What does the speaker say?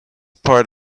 part